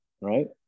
right